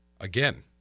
Again